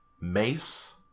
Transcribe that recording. Mace